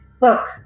look